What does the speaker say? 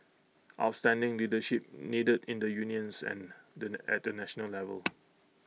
outstanding leadership needed in the unions and the at the national level